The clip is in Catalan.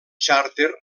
xàrter